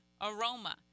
aroma